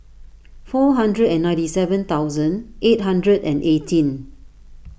four hundred and ninety seven thousand eight hundred and eighteen